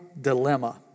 Dilemma